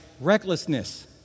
recklessness